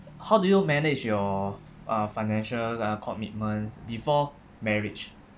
how do you manage your uh financial uh commitments before marriage